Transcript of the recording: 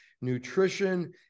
nutrition